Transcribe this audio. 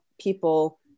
people